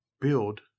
build